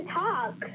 talk